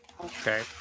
okay